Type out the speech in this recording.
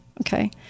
Okay